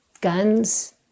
guns